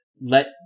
let